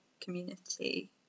community